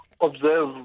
observe